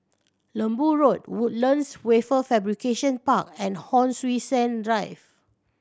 Lembu Road Woodlands Wafer Fabrication Park and Hon Sui Sen Drive